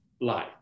light